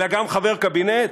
אלא גם חבר קבינט?